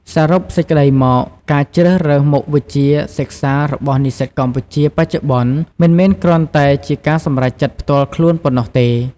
សរុបសេចក្តីមក ការជ្រើសរើសមុខវិជ្ជាសិក្សារបស់និស្សិតកម្ពុជាបច្ចុប្បន្ន មិនមែនគ្រាន់តែជាការសម្រេចចិត្តផ្ទាល់ខ្លួនប៉ុណ្ណោះទេ។